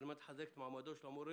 על-מנת לחזק את מעמד המורה,